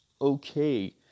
okay